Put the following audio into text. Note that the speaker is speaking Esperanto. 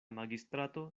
magistrato